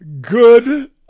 Good